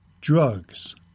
Drugs